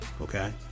Okay